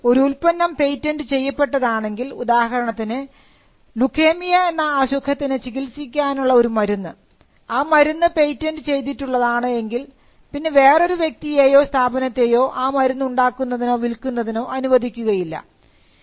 എന്നാൽ ഒരു ഉൽപ്പന്നം പേറ്റൻറ് ചെയ്യപ്പെട്ടത് ആണെങ്കിൽ ഉദാഹരണത്തിന് ലുക്കേമിയ എന്ന അസുഖത്തിന് ചികിത്സിക്കാനുള്ള ഒരു മരുന്ന് ആ മരുന്ന് പേറ്റൻറ് ചെയ്തിട്ടുള്ളതാണ് എങ്കിൽ പിന്നെ വേറൊരു വ്യക്തിയേയോ സ്ഥാപനത്തെയോ ആ മരുന്ന് ഉണ്ടാക്കുന്നതിനോ വിൽക്കുന്നതിനോ അനുവദിക്കുകയില്ല